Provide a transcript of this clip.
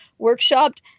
workshopped